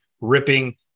ripping